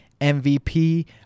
MVP